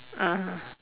ah